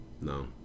no